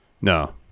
No